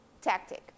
tactic